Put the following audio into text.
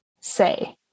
say